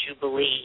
jubilee